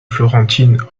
florentine